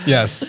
Yes